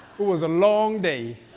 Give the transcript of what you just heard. it was a long day.